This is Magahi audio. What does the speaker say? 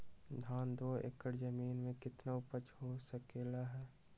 धान दो एकर जमीन में कितना उपज हो सकलेय ह?